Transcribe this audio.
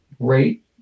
great